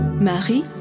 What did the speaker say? Marie